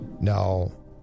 No